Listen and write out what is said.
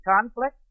conflict